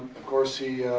of course he